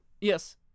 yes